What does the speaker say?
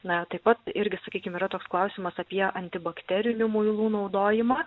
na taip pat irgi sakykim yra toks klausimas apie antibakterinių muilų naudojimą